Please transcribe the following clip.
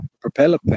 propeller